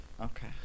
Okay